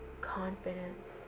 confidence